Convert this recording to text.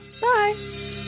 bye